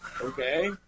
okay